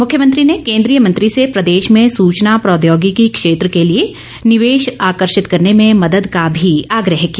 मुख्यमंत्री ने केन्द्रीय मंत्री से प्रदेश में सूचना प्रौद्योगिकी क्षेत्र के लिए निवेश आकर्षित करने में मदद का भी आग्रह किया